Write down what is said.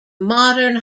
modern